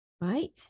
right